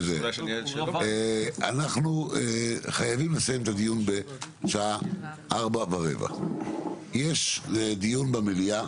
אנחנו חייבים לסיים את הדיון בשעה 16:15. יש דיון במליאה